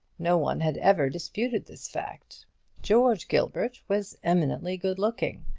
no one had ever disputed this fact george gilbert was eminently good-looking.